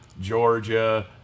Georgia